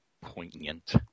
poignant